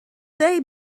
they